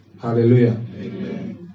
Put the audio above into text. Hallelujah